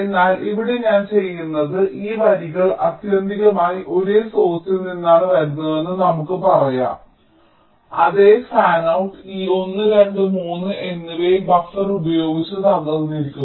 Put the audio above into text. എന്നാൽ ഇവിടെ ഞാൻ ചെയ്യുന്നത് ഈ വരികൾ ആത്യന്തികമായി ഒരേ സോഴ്സ്സിൽ നിന്നാണ് വരുന്നതെന്ന് നമുക്ക് പറയാം അതേ ഫാനൌട്ട് ഈ 1 2 3 എന്നിവയിൽ ബഫർ ഉപയോഗിച്ച് തകർന്നിരിക്കുന്നു